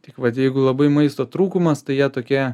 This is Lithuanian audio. tik vat jeigu labai maisto trūkumas tai jie tokie